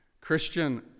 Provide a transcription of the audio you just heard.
Christian